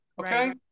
okay